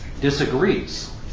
disagrees